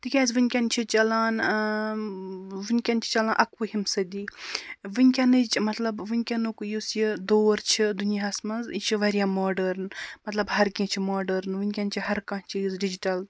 تِکیٛازِ وٕنکٮ۪ن چھِ چَلان وٕنکٮ۪ن چھِ چَلان اَکہٕ وُہ ہِم سٔدی وٕنکٮ۪نٕچ مطلب وٕنکٮ۪نُک یُس یہِ دور چھِ دُنیاہَس منٛز یہِ چھِ واریاہ ماڈٲرٕن مطلب ہر کیٚنٛہہ چھِ ماڈٲرٕن وٕنکٮ۪ن چھِ ہر کانٛہہ چیٖز ڈِجِٹَل